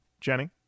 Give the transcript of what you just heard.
Jenny